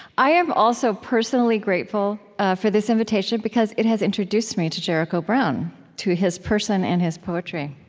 i am also personally grateful for this invitation because it has introduced me to jericho brown to his person and his poetry.